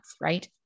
right